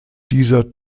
dieser